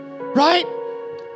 right